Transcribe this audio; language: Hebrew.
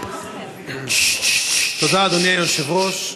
תודה, אדוני היושב-ראש.